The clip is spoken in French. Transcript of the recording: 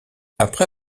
après